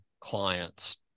client's